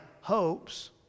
hopes